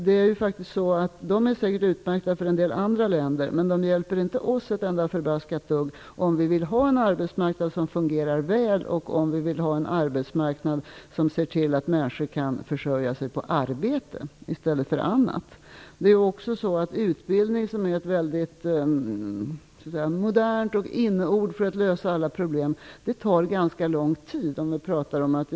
De förslagen är säkert utmärkta för en del andra länder, men de hjälper inte oss ett enda dugg om vi vill ha en arbetsmarknad som fungerar väl och som gör att människor kan försörja sig på arbete i stället för annat. Att utbilda t.ex. tekniker, som vi har en viss brist på i dag, tar ganska lång tid.